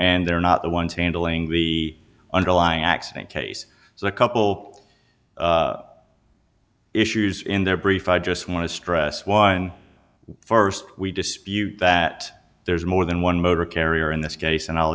and they're not the ones handling the underlying accident case so a couple issues in their brief i just want to stress one st we dispute that there's more than one motor carrier in this case and